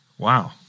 wow